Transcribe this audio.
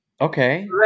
Okay